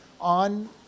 on